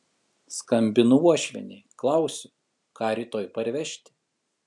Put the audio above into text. skambinu uošvienei klausiu ką rytoj parvežti